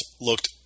looked